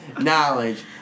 knowledge